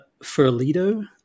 Ferlito